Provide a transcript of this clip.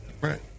Right